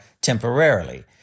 temporarily